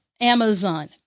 Amazon